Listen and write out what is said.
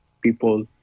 people